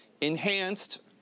enhanced